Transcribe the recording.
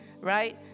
right